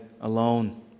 alone